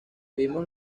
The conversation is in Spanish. vimos